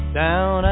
down